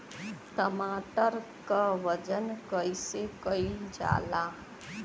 टमाटर क वजन कईसे कईल जाला?